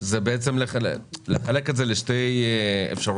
זה בעצם לחלק את זה לשתי אפשרויות.